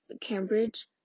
Cambridge